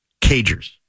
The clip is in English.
Cagers